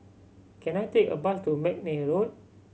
can I take a bus to McNair Road